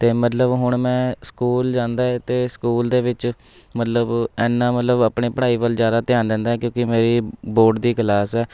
ਅਤੇ ਮਤਲਬ ਹੁਣ ਮੈਂ ਸਕੂਲ ਜਾਂਦਾ ਏ ਅਤੇ ਸਕੂਲ ਦੇ ਵਿੱਚ ਮਤਲਬ ਇੰਨਾਂ ਮਤਲਬ ਆਪਣੇ ਪੜ੍ਹਾਈ ਵੱਲ ਜ਼ਿਆਦਾ ਧਿਆਨ ਦਿੰਦਾ ਐਂ ਕਿਉਂਕਿ ਮੇਰੀ ਬੋਰਡ ਦੀ ਕਲਾਸ ਹੈ